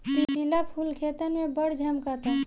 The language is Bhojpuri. पिला फूल खेतन में बड़ झम्कता